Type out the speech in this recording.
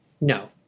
No